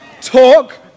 Talk